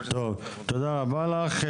תודה רבה לך.